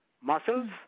Muscles